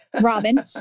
Robin